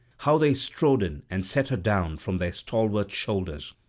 how they strode in and set her down from their stalwart shoulders!